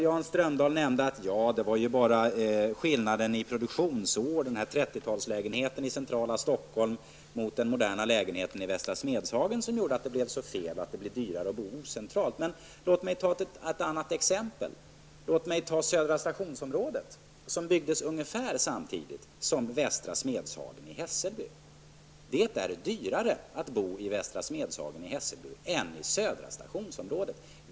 Jan Strömdahl sade att det handlade om skillnaden i produktionsår vid jämförelsen mellan 30 talslägenheten i centrala Stockholm och den moderna lägenheten i Västra Smedshagen. Det skulle vara den skillnaden som gjorde att det blev så mycket dyrare att bo centralt. Låt mig då ta ett annat exempel: Södra stationsområdet, som byggdes ungefär samtidigt som Västra Smedshagen i Hässelby. Det är dyrare att bo i Västra Smedshagen än i Södra stationsområdet.